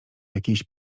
jakiejś